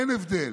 אין הבדל.